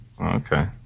Okay